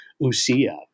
usia